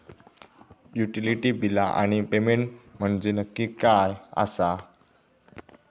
Utility बिला आणि payment म्हंजे नक्की काय आसा?